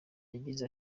yagize